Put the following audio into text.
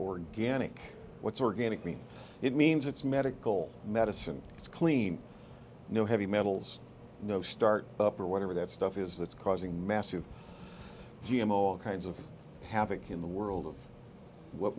organic what's organic means it means it's medical medicine it's clean no heavy metals no start up or whatever that stuff is that's causing massive g m o all kinds of havoc in the world of what